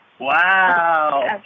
Wow